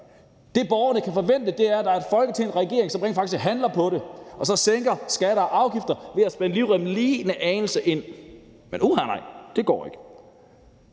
Det, borgerne burde forvente, er, at der er et Folketing og en regering, som rent faktisk handler på det og så sænker skatter og afgifter ved at spænde livremmen lige en anelse ind. Men uha nej, det går ikke.